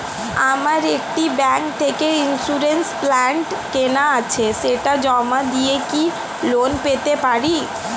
আমার একটি ব্যাংক থেকে ইন্সুরেন্স প্ল্যান কেনা আছে সেটা জমা দিয়ে কি লোন পেতে পারি?